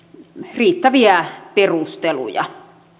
riittäviä perusteluja